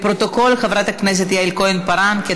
חברי כנסת בעד, אין מתנגדים,